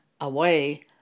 away